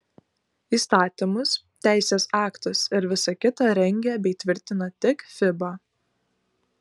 įstatymus teisės aktus ir visa kita rengia bei tvirtina tik fiba